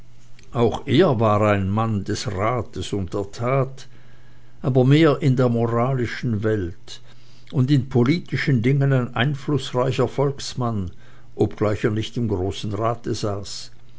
auch er war ein mann des rates und der tat aber mehr in der moralischen welt und in politischen dingen ein einflußreicher volksmann obgleich er nicht im großen rate saß